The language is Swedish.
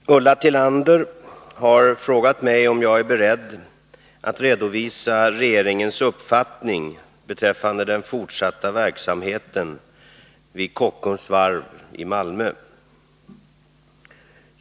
Herr talman! Ulla Tillander har frågat mig om jag är beredd att redovisa regeringens uppfattning beträffande den fortsatta verksamheten vid Kockums Varv i Malmö.